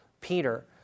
Peter